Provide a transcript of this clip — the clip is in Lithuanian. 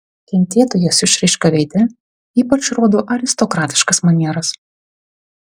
kentėtojos išraiška veide ypač rodo aristokratiškas manieras